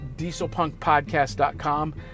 dieselpunkpodcast.com